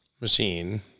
machine